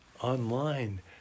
online